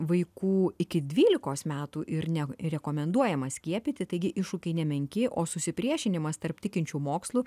vaikų iki dvylikos metų ir nerekomenduojama skiepyti taigi iššūkiai nemenki o susipriešinimas tarp tikinčių mokslu